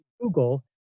Google